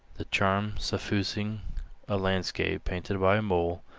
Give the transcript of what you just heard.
the charm suffusing a landscape painted by a mole,